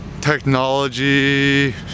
technology